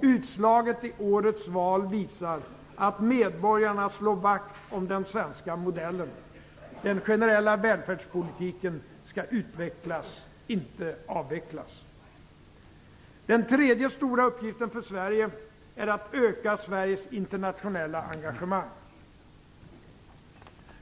Utslaget i årets val visar att medborgarna slår vakt om den svenska modellen. Den generella välfärdspolitiken skall utvecklas, inte avvecklas. Den tredje stora uppgiften för regeringen är att öka Sveriges internationella engagemang.